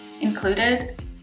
included